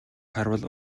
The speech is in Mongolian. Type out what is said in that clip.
харвал